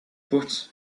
but